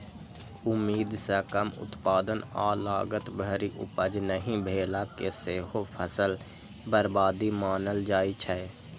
उम्मीद सं कम उत्पादन आ लागत भरि उपज नहि भेला कें सेहो फसल बर्बादी मानल जाइ छै